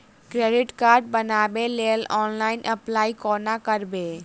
Credit card बनाबै लेल online apply कोना करबै?